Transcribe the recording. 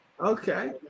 Okay